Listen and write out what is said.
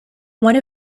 one